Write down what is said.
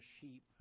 sheep